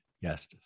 yes